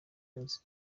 beyonce